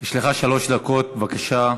יש לך שלוש דקות, בבקשה.